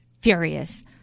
furious